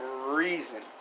reason